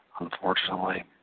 unfortunately